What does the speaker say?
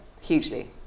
hugely